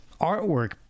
artwork